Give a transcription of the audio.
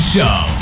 Show